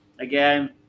again